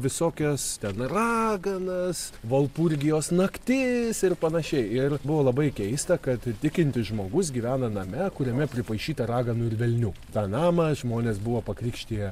visokias ten raganas valpurgijos naktis ir panašiai ir buvo labai keista kad tikintis žmogus gyvena name kuriame pripaišyta raganų ir velnių tą namą žmonės buvo pakrikštiję